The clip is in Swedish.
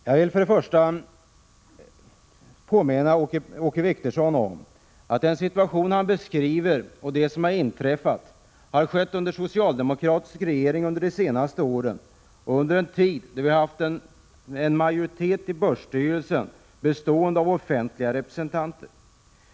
Herr talman! Jag vill först påminna Åke Wictorsson om att den situation han beskriver har uppträtt under en socialdemokratisk regering under de senaste åren och under en tid då börsstyrelsen haft en majoritet bestående av offentliga representanter.